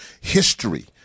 history